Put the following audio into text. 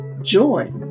joy